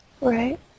right